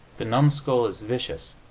the numskull is vicious,